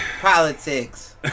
Politics